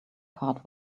card